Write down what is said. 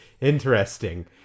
interesting